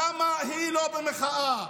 למה היא לא במחאה.